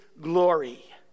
glory